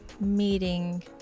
meeting